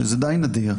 שזה די נדיר,